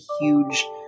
huge